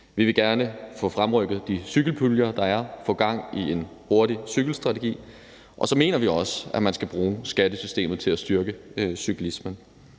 Vi vil gerne have fremrykket de cykelpuljer, der er, få gang i en hurtig cykelstrategi, og så mener vi også, at man skal bruge skattesystemet til at styrke cyklismen.